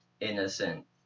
innocent